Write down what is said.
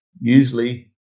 usually